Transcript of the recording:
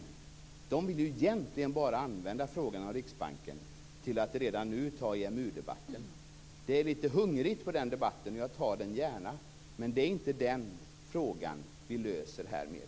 Kritikerna vill ju egentligen bara använda frågan om Riksbanken till att redan nu ta EMU-debatten. Det finns en hunger efter den debatten nu, och jag tar den gärna, men det är inte den frågan vi löser härmed.